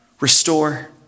restore